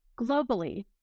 Globally